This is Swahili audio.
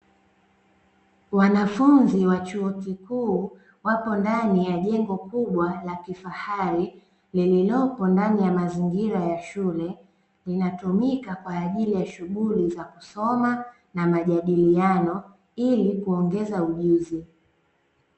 Wanafunzi wa chuo kikuu wapo ndani ya jengo kubwa la kifahari, lililopo ndani ya mazingira ya shule. Linatumika kwa ajili ya shughuli za kusoma na majadiliano, ili kuongeza ujuzi.